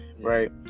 Right